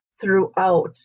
throughout